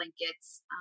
blankets